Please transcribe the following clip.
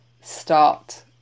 start